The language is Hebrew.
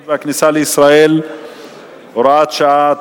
של חוק האזרחות והכניסה לישראל (הוראת שעה),